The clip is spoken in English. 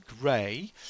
Gray